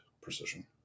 precision